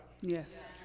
yes